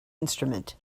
instrument